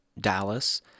Dallas